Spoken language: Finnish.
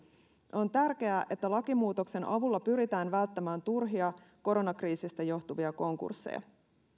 on tärkeää että lakimuutoksen avulla pyritään välttämään turhia koronakriisistä johtuvia konkursseja